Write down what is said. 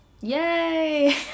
Yay